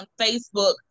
facebook